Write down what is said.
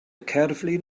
cerflun